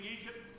Egypt